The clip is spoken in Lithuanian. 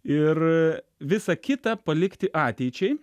ir visa kita palikti ateičiai